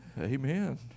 Amen